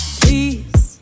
please